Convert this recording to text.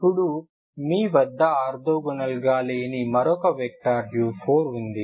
ఇప్పుడు మీ వద్ద ఆర్తోగోనల్ గా లేని మరొక వెక్టర్ u4 ఉంది